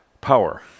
Power